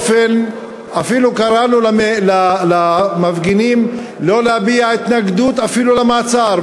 אפילו קראנו למפגינים לא להביע התנגדות למעצר,